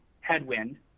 headwind